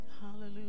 hallelujah